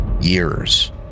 years